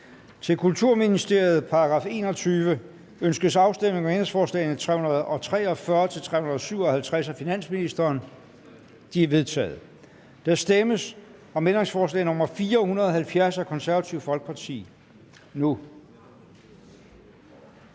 21. Kulturministeriet. Ønskes afstemning om ændringsforslag nr. 343-357 af finansministeren? De er vedtaget. Der stemmes om ændringsforslag nr. 470 af Det Konservative Folkeparti nu.